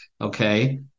Okay